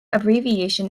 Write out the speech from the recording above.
abbreviation